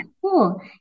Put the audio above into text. cool